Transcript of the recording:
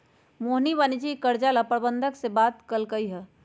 मोहिनी वाणिज्यिक कर्जा ला प्रबंधक से बात कलकई ह